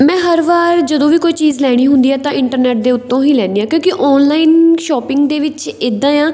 ਮੈਂ ਹਰ ਵਾਰ ਜਦੋਂ ਵੀ ਕੋਈ ਚੀਜ਼ ਲੈਣੀ ਹੁੰਦੀ ਹੈ ਤਾਂ ਇੰਟਰਨੈੱਟ ਦੇ ਉੱਤੋਂ ਹੀ ਲੈਂਦੀ ਹਾਂ ਕਿਉਂਕਿ ਔਨਲਾਈਨ ਸ਼ੋਪਿੰਗ ਦੇ ਵਿੱਚ ਇੱਦਾਂ ਆ